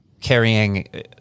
carrying